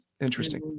interesting